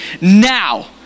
now